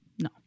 No